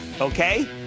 okay